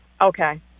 Okay